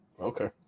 okay